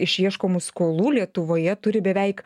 išieškomų skolų lietuvoje turi beveik